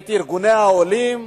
את ארגוני העולים,